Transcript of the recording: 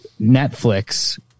Netflix